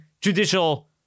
judicial